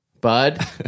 Bud